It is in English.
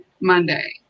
Monday